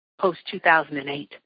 post-2008